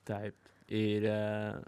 taip ir